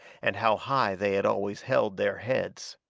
and how high they had always held their heads.